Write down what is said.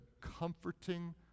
comforting